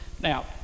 Now